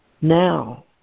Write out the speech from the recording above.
Now